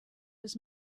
his